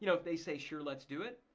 you know if they say, sure let's do it.